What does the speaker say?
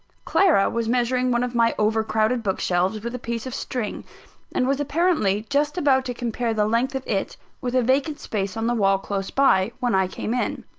clara was measuring one of my over-crowded book-shelves, with a piece of string and was apparently just about to compare the length of it with a vacant space on the wall close by, when i came in.